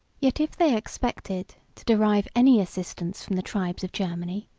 yet if they expected to derive any assistance from the tribes of germany,